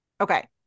Okay